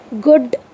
good